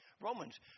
Romans